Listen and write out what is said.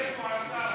איפה השר,